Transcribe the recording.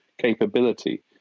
capability